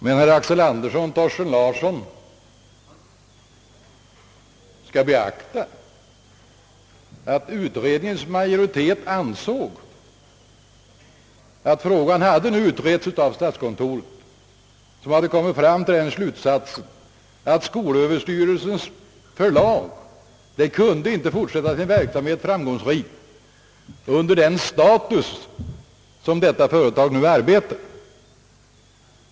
Herrar Axel Andersson och Thorsten Larsson skall beakta att utredningens majoritet ansåg att frågan hade utretts av statskontoret, som kommit till den slutsatsen att skolöverstyrelsens förlag inte kunde fortsätta sin verksamhet på ett framgångsrikt sätt under den status som detta företag nu har.